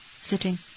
sitting